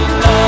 love